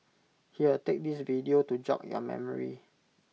here take this video to jog your memory